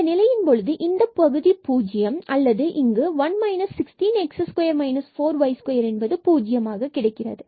இந்த நிலையின் பொழுது இந்தப் பகுதி பூஜ்யம் அல்லது இங்கு 1 16x2 4y2 என்பது பூஜ்யம் என கிடைக்கிறது